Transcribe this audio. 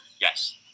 Yes